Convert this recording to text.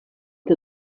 que